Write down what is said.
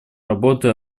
работы